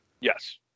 Yes